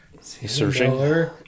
Searching